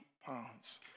pounds